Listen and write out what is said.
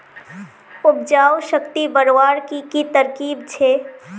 उपजाऊ शक्ति बढ़वार की की तरकीब छे?